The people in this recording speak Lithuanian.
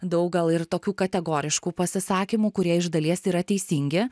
daug gal ir tokių kategoriškų pasisakymų kurie iš dalies yra teisingi